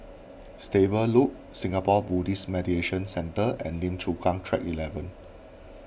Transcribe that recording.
Stable Loop Singapore Buddhist Meditation Centre and Lim Chu Kang Track eleven